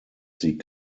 sie